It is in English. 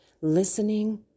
listening